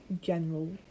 general